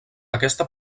aquesta